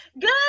Good